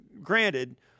granted